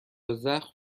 زخم